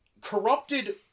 corrupted